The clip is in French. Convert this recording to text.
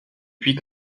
puis